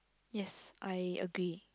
yes I agree